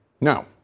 No